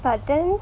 but then